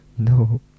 no